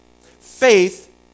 Faith